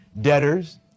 debtors